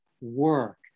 work